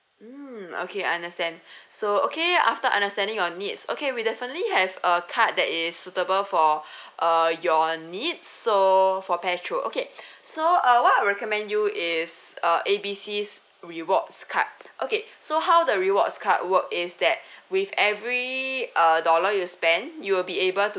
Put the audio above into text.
mm okay I understand so okay after understanding your needs okay we definitely have a card that is suitable for uh your needs so for petrol okay so uh what I recommend you is uh A B C's rewards card okay so how the rewards card work is that with every uh dollar you spend you'll be able to